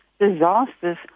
disasters